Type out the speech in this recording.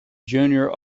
junior